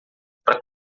para